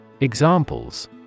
Examples